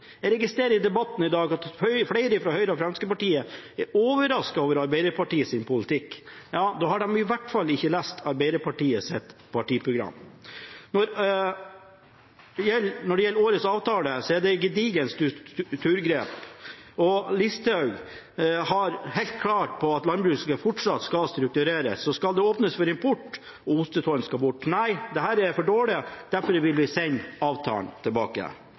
Jeg registrerer i debatten i dag at flere fra Høyre og Fremskrittspartiet er overrasket over Arbeiderpartiets politikk. Ja, da har de i hvert fall ikke lest Arbeiderpartiets partiprogram. Når det gjelder årets avtale, er det et gedigent strukturgrep. Listhaug er helt klar på at landbruket fortsatt skal struktureres, så skal det åpnes for import, og ostetollen skal bort. Nei, dette er for dårlig. Derfor vil vi sende avtalen tilbake.